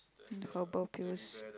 herbal pill